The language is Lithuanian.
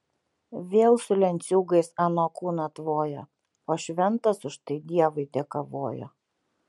vėl su lenciūgais ano kūną tvojo o šventas už tai dievui dėkavojo